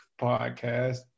podcast